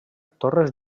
torres